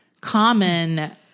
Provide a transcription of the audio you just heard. common